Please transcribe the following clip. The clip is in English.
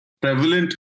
prevalent